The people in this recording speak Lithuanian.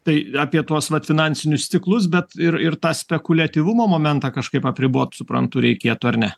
tai apie tuos vat finansinius stiklus bet ir ir tą spekuliatyvumo momentą kažkaip apribot suprantu reikėtų ar ne